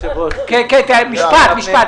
ולכן אנחנו במקום